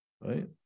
right